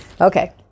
Okay